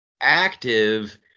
active